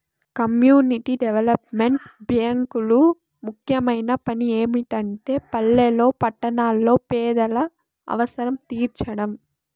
community development బ్యేంకులు ముఖ్యమైన పని ఏమిటంటే పల్లెల్లో పట్టణాల్లో పేదల అవసరం తీర్చడం